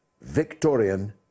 Victorian